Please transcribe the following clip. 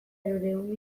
hirurehun